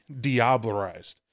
diablerized